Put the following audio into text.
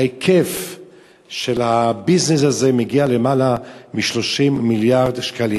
ההיקף של הביזנס הזה מגיע ליותר מ-30 מיליארד שקלים.